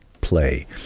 play